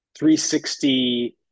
360